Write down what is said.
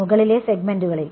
മുകളിലെ സെഗ്മെന്റുകളിൽ